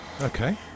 Okay